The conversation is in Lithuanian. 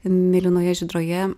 mėlynoje žydroje